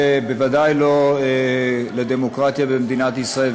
בוודאי לא לדמוקרטיה במדינת ישראל,